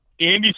Andy